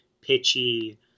pitchy